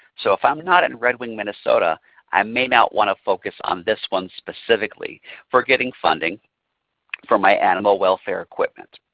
so if i'm not in red wing, minnesota i may not want to focus on this one specifically for getting funding for my animal welfare equipment.